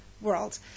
world